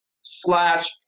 slash